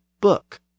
book